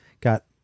got